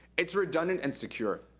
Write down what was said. it's redundant and secure.